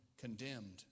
condemned